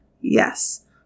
Yes